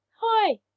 hi